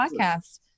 podcast